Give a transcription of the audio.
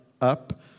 up